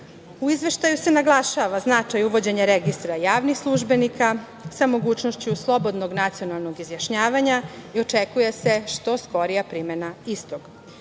Izveštaju se naglašava značaj uvođenja Registra javnih službenika sa mogućnošću slobodnog nacionalnog izjašnjavanja i očekuje se što skorija primena